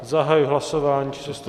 Zahajuji hlasování číslo 128.